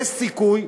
יש סיכוי,